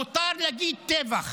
מותר להגיד "טבח".